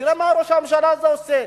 תראה מה ראש הממשלה הזה עושה.